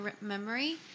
memory